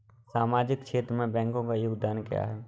सामाजिक क्षेत्र में बैंकों का योगदान क्या है?